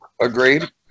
Agreed